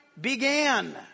began